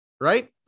Right